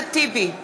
אחמד טיבי,